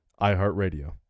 iHeartRadio